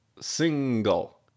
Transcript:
Single